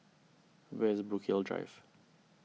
where is Brookvale Drive